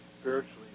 spiritually